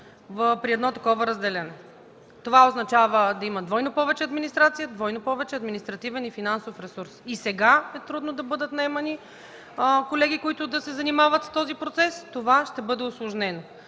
при едно такова разделяне. Това означава да има двойно повече административен и финансов ресурс. И сега е трудно да бъдат наемани колеги, които да се занимават с този процес – това ще бъде усложнено.